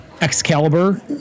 excalibur